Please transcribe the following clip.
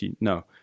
No